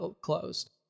closed